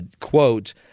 quote